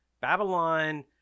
Babylon